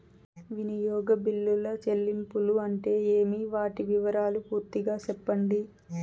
వినియోగ బిల్లుల చెల్లింపులు అంటే ఏమి? వాటి వివరాలు పూర్తిగా సెప్పండి?